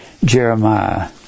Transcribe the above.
Jeremiah